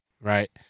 right